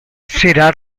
será